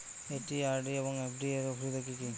একটি আর.ডি এবং এফ.ডি এর সুবিধা কি কি?